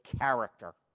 character